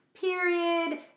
period